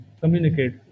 communicate